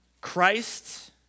Christ